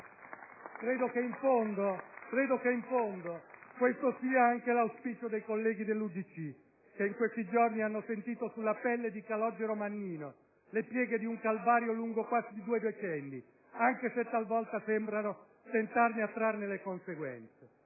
Credo che in fondo questo sia anche l'auspicio dei colleghi dell'UDC, che in questi giorni hanno sentito sulla pelle di Calogero Mannino le piaghe di un calvario lungo quasi due decenni, anche se talvolta sembrano stentare a trarne le conseguenze.